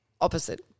Opposite